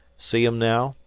see em now,